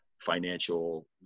financial